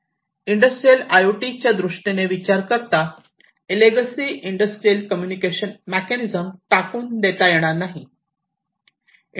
industrial I O T दृष्टीने विचार करता लेगसी इंडस्ट्रियल कम्युनिकेशन मेकॅनिझम टाकून देता येणार नाही